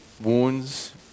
wounds